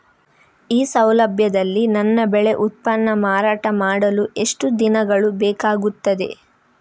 ಈ ಸೌಲಭ್ಯದಲ್ಲಿ ನನ್ನ ಬೆಳೆ ಉತ್ಪನ್ನ ಮಾರಾಟ ಮಾಡಲು ಎಷ್ಟು ದಿನಗಳು ಬೇಕಾಗುತ್ತದೆ?